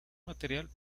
material